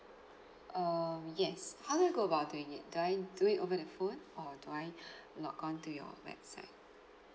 err yes how do I go about doing it do I do it over the phone or do I log on to your website